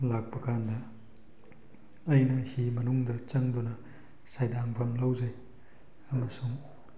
ꯂꯥꯛꯄ ꯀꯥꯟꯗ ꯑꯩꯅ ꯍꯤ ꯃꯅꯨꯡꯗ ꯆꯪꯗꯨꯅ ꯁꯩꯗꯥꯡꯐꯝ ꯂꯧꯖꯩ ꯑꯃꯁꯨꯡ